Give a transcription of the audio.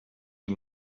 die